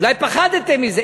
אולי פחדתם מזה.